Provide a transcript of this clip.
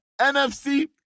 NFC